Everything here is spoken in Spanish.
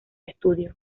estudio